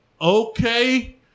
okay